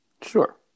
Sure